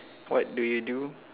what do you do